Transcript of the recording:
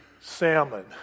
salmon